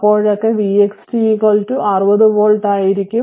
അപ്പോഴൊക്കെ vxt 60V ആയിരിക്കും